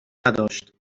نداشت